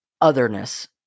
otherness